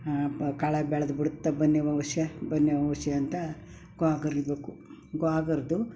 ಹಾಂ ಬ ಕಳೆ ಬೆಳ್ದು ಬಿಡುತ್ತೆ ಬನ್ನಿಮ್ಮ ಒಸ್ಯ ಬನ್ನಿ ಒಸಿ ಅಂತ ಗೋಗರಿಬೇಕು ಗೋಗರ್ದು